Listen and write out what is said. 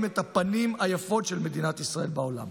את הפנים היפות של מדינת ישראל בעולם.